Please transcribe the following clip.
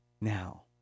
Now